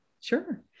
Sure